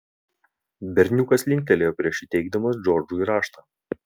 berniukas linktelėjo prieš įteikdamas džordžui raštą